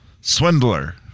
Swindler